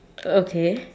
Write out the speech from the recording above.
okay